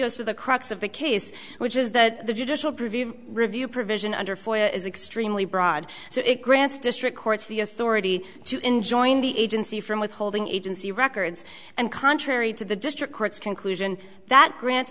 goes to the crux of the case which is that the judicial preview review provision under extremely broad so it grants district courts the authority to enjoin the agency from withholding agency records and contrary to the district courts conclusion that grant